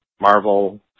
Marvel